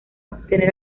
obtener